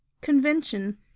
convention